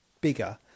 bigger